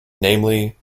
namely